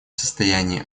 состоянии